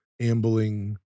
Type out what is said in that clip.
ambling